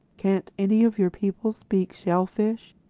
can't any of your people speak shellfish?